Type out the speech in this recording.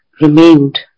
remained